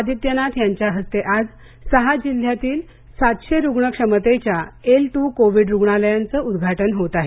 आदित्यनाथ यांच्या हस्ते आज सहा जिल्ह्यातील सातशे रुग्ण क्षमतेच्या एल टू कोविड रुग्णालयांचं उद्घाटन होत आहे